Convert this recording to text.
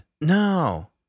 No